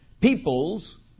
Peoples